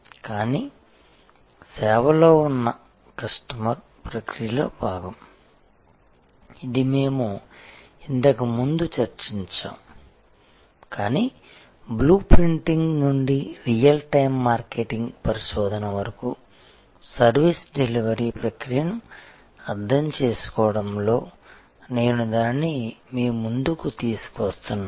కానీ సేవలో ఉన్న కస్టమర్ ప్రక్రియలో భాగం ఇది మేము ఇంతకు ముందు చర్చించాము కానీ బ్లూప్రింటింగ్ నుండి రియల్ టైమ్ మార్కెట్ పరిశోధన వరకు సర్వీస్ డెలివరీ ప్రక్రియను అర్థం చేసుకోవడంలో నేను దానిని మీ ముందుకి తీసుకువస్తున్నాను